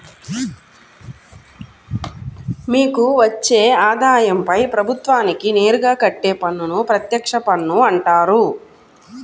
మీకు వచ్చే ఆదాయంపై ప్రభుత్వానికి నేరుగా కట్టే పన్నును ప్రత్యక్ష పన్ను అంటారు